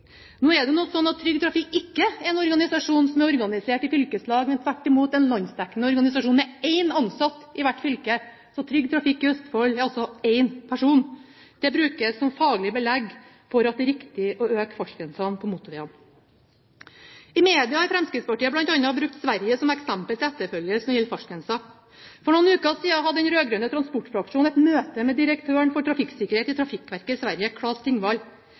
Nå er det slik at Trygg Trafikk ikke er en organisasjon som er organisert i fylkeslag, men er tvert imot en landsdekkende organisasjon med én ansatt i hvert fylke. Så Trygg Trafikk i Østfold er altså én person. Det brukes som faglig belegg for at det er riktig å øke fartsgrensene på motorvegene. I media har Fremskrittspartiet bl.a. brukt Sverige som eksempel til etterfølgelse når det gjelder fartsgrenser. For noen uker siden hadde den rød-grønne transportfraksjonen et møte med direktøren for trafikksikkerhet i Trafikverket i Sverige,